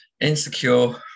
Insecure